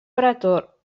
pretor